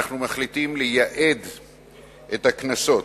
אנחנו מחליטים לייעד את הקנסות,